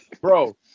bro